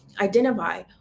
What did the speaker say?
Identify